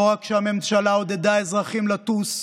לא רק שהממשלה עודדה אזרחים לטוס,